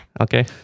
Okay